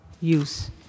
use